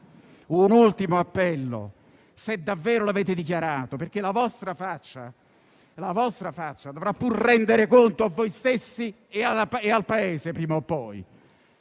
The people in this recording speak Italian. vi credo più. Se davvero l'avete dichiarato - la vostra faccia dovrà pur rendere conto a voi stessi e al Paese, prima o poi